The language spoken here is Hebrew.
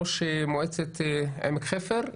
ראש מועצת עמק חפר.